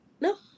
no